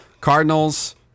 Cardinals